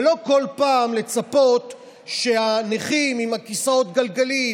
ולא כל פעם לצפות שהנכים עם כיסאות הגלגלים